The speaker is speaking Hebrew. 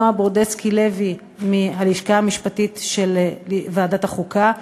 נועה ברודסקי-לוי מהלשכה המשפטית של ועדת החוקה,